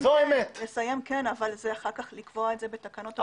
לסיים כן, אבל זה אחר כך לקבוע בתקנות.